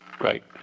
Right